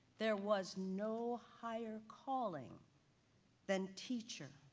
there was no higher calling than teacher.